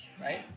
right